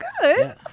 good